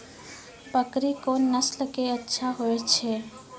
बकरी कोन नस्ल के अच्छा होय छै?